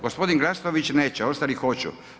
Gospodin Glasnović neće, ostali hoću.